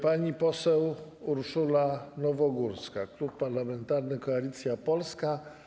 Pani poseł Urszula Nowogórska, Klub Parlamentarny Koalicja Polska.